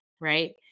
right